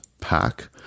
pack